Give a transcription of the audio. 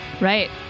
Right